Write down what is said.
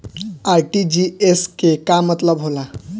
RTGS के का मतलब होला?